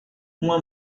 uma